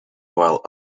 while